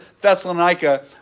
Thessalonica